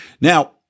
Now